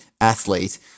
athlete